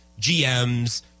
GMs